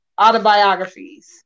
autobiographies